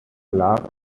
laugh